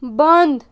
بنٛد